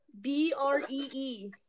B-R-E-E